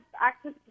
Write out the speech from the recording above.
access